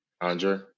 Andre